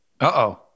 Uh-oh